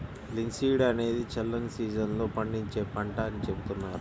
linseed అనేది చల్లని season లో పండించే పంట అని చెబుతున్నారు